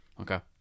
Okay